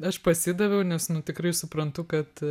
aš pasidaviau nes nu tikrai suprantu kad